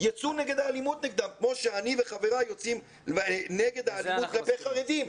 יצאו נגד האלימות נגדם כמו שאני וחבריי יוצאים נגד האלימות כלפי חרדים.